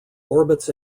orbits